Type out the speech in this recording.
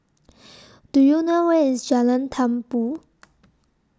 Do YOU know Where IS Jalan Tumpu